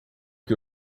que